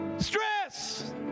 stress